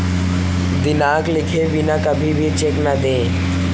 दिनांक लिखे बिना कभी भी चेक न दें